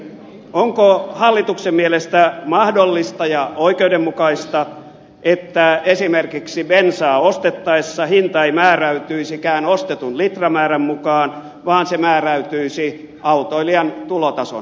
onko hallituksen mielestä mahdollista ja oikeudenmukaista että esimerkiksi bensaa ostettaessa hinta ei määräytyisikään ostetun litramäärän mukaan vaan se määräytyisi autoilijan tulotason mukaan